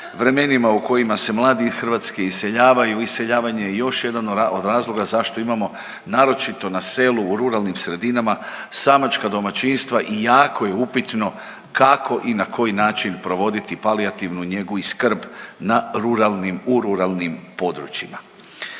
vremenima u kojima se mladi iz Hrvatske iseljavaju, iseljavanje je još jedan od razloga zašto imamo, naročito na selu, u ruralnim sredinama, samačka domaćinstva i jako je upitno kako i na koji način provoditi palijativnu njegu i skrb na ruralnim, u ruralnim